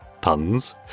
puns